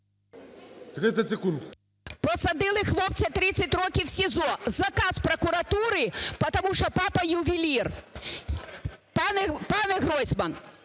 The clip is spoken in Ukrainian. Посадили хлопця, 30 років, в СІЗО, заказ прокуратури, потому что папа – ювелир. Пане Гройсман,